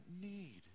need